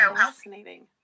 fascinating